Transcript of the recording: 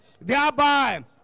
thereby